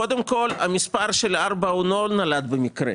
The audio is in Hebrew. קודם כל, המספר של ארבע לא נולד במקרה.